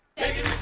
take it